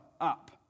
up